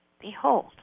Behold